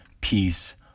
peace